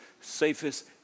safest